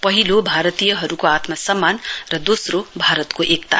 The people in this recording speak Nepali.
पहिलो भारतीयहरूको आत्मसम्मान र दोस्रो भारतको एकता